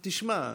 תשמע,